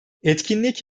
etkinlik